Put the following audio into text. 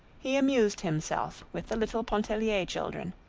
he amused himself with the little pontellier children,